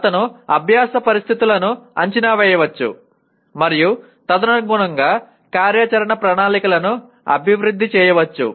అతను అభ్యాస పరిస్థితులను అంచనా వేయవచ్చు మరియు తదనుగుణంగా కార్యాచరణ ప్రణాళికలను అభివృద్ధి చేయవచ్చు